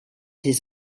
his